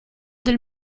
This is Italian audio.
del